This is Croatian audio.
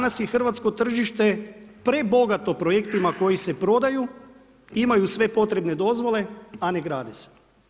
Danas je hrvatsko tržište prebogato projektima koji se prodaju, imaju sve potrebne dozvole a ne grade se.